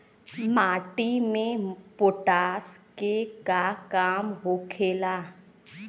माटी में पोटाश के का काम होखेला?